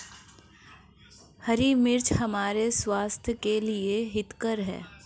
हरी मिर्च हमारे स्वास्थ्य के लिए हितकर हैं